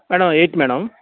madam eight madam